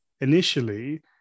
initially